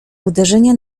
uderzenia